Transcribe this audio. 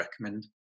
recommend